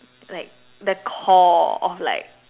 like the core of like